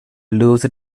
lose